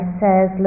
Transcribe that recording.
says